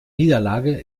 niederlage